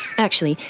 actually,